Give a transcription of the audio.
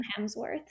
Hemsworth